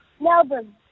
Melbourne